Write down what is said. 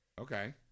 Okay